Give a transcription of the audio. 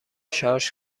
شارژ